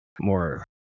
more